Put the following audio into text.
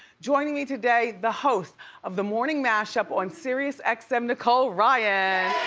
joining me today, the host of the morning mashup on siriusxm, nicole ryan.